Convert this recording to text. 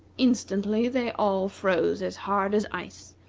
instantly, they all froze as hard as ice,